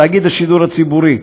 תאגיד השידור הציבורי,